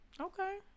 Okay